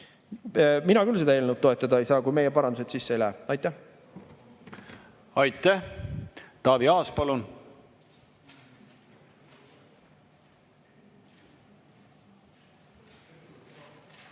Mina küll seda eelnõu toetada ei saa, kui meie parandused sisse ei lähe. Aitäh! Aitäh! Taavi Aas, palun!